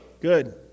good